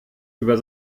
über